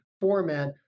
format